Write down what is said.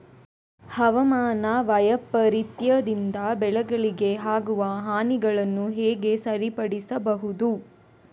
ಹವಾಮಾನ ವೈಪರೀತ್ಯದಿಂದ ಬೆಳೆಗಳಿಗೆ ಆಗುವ ಹಾನಿಗಳನ್ನು ಹೇಗೆ ಸರಿಪಡಿಸಬಹುದು?